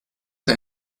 der